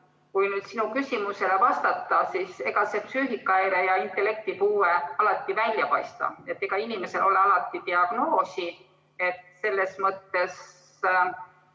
kui nüüd sinu küsimusele vastata, siis ega see psüühikahäire ja intellektipuue alati välja ei paista. Ega inimesel ei ole alati diagnoosi. Selles mõttes